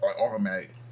automatic